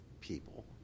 people